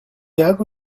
hago